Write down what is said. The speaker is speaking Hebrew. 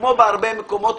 כמו בהרבה מקומות,